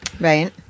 right